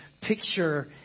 picture